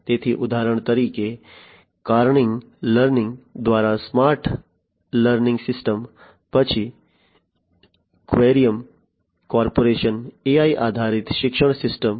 તેથી ઉદાહરણ તરીકે કાર્નેગી લર્નિંગ દ્વારા સ્માર્ટ લર્નિંગ સિસ્ટમ્સ પછી ક્વેરિયમ કોર્પોરેશન AI આધારિત શિક્ષણ સિસ્ટમ